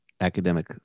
academic